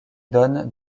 donne